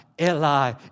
Eli